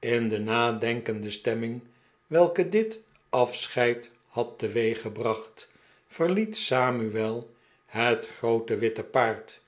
in de nadenkende stemming welke dit afscheid had teweeggebracht verliet samuel het groote witte paard